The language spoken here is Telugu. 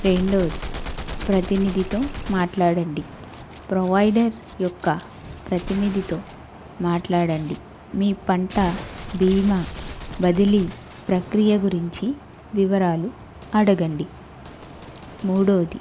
రెండోది ప్రతినిధితో మాట్లాడండి ప్రొవైడర్ యొక్క ప్రతినిధితో మాట్లాడండి మీ పంట బీమా బదిలి ప్రక్రియ గురించి వివరాలు అడగండి మూడోది